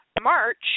March